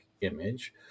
image